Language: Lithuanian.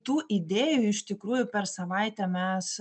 tų idėjų iš tikrųjų per savaitę mes